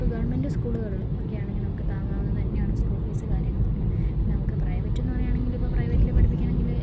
ഇപ്പോൾ ഗവൺമെൻറ് സ്കൂളുകള് ഒക്കെയാണെങ്കിൽ നമുക്ക് താങ്ങാവുന്ന തന്നെയാണ് സ്കൂൾ ഫീസ് കാര്യങ്ങളൊക്കെ പിന്നെ നമുക്ക് പ്രൈവറ്റ് എന്ന് പറയുകയാണെങ്കിൽ ഇപ്പോൾ പ്രൈവറ്റില് പഠിപ്പിക്കണമെങ്കില്